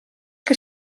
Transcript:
que